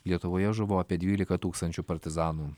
lietuvoje žuvo apie dvylika tūkstančių partizanų